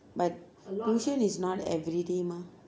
but tuition is not everyday mah